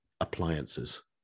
appliances